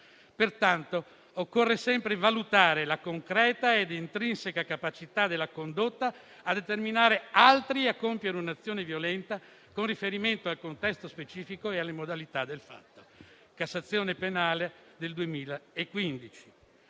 Pertanto, occorre sempre «valutare la concreta ed intrinseca capacità della condotta a determinare altri a compiere un'azione violenta con riferimento al contesto specifico e alle modalità del fatto» (Corte di cassazione penale, sentenza